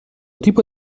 tipo